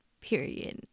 period